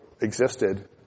existed